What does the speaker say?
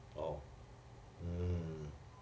orh mm